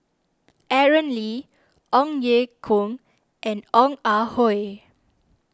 Aaron Lee Ong Ye Kung and Ong Ah Hoi